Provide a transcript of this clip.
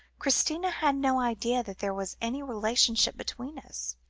christina had no idea that there was any relationship between us.